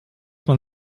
man